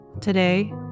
Today